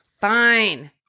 Fine